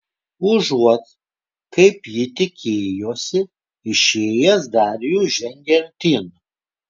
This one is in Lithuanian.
užuot kaip ji tikėjosi išėjęs darijus žengė artyn